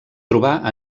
trobar